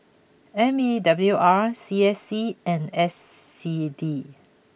M E W R C S C and S C D